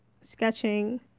sketching